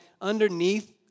underneath